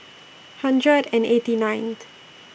hundred and eighty ninth